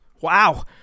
Wow